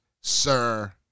sir